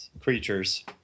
creatures